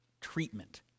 treatment